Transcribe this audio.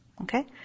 Okay